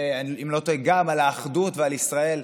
על האחדות ועל ישראל.